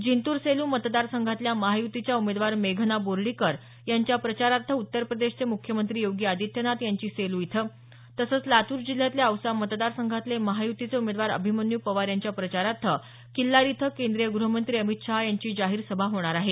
जिंतूर सेलू मतदार संघातल्या महायुतीच्या उमेदवार मेघना बोर्डीकर यांच्या प्रचारार्थ उत्तर प्रदेशचे मुख्यमंत्री योगी आदित्यनाथ यांची सेलू तसंच लातूर जिल्ह्यातल्या औसा मतदारसंघातले महायुतीचे उमेदवार अभिमन्यू पवार यांच्या प्रचारार्थ किल्लारी इथं केंद्रीय गृहमंत्री अमित शहा यांची सभा होणार आहे